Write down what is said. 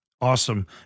Awesome